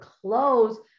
close